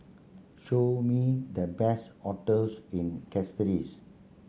show me the best hotels in Castries